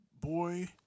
boy